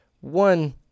one